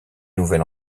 nouvel